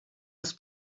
els